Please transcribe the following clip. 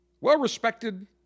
well-respected